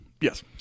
Yes